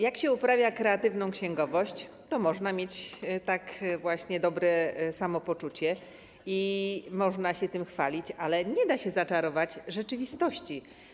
Jak się uprawia kreatywną księgowość, to można mieć właśnie tak dobre samopoczucie i można się tym chwalić, ale nie da się zaczarować rzeczywistości.